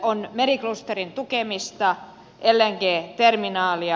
on meriklusterin tukemista lng terminaalia